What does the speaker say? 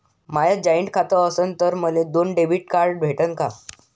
माय joint खातं असन तर मले दोन डेबिट कार्ड भेटन का?